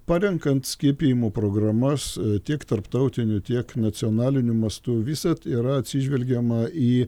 parenkant skiepijimo programas tiek tarptautiniu tiek nacionaliniu mastu visad yra atsižvelgiama į